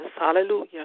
hallelujah